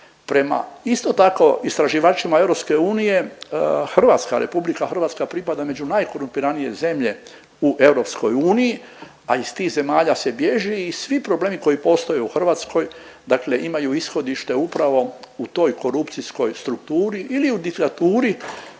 Prema isto tako istraživačima EU Hrvatska RH pripada među najkorumpiranije zemlje u EU, a iz tih zemalja se bježi i svi problemi koji postoje u Hrvatskoj dakle imaju ishodište upravo u toj korupcijskoj strukturi ili u diktaturi